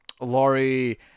Laurie